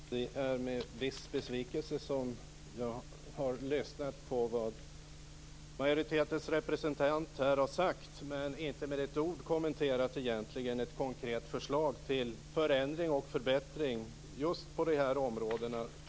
Fru talman! Det är med viss besvikelse som jag har lyssnat på majoritetens representant. Inte med ett ord har hon kommenterat något konkret förslag till förändring och förbättring på det här området.